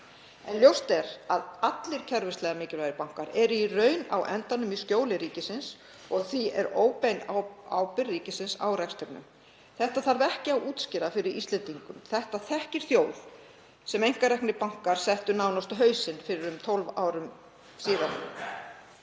en ljóst er að allir kerfislega mikilvægir bankar eru í raun á endanum í skjóli ríkisins og því er óbein ábyrgð ríkisins á rekstrinum. Það þarf ekki að útskýra fyrir Íslendingum. Það þekkir þjóð sem einkareknir bankar settu nánast á hausinn fyrir um 12 árum.